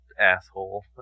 asshole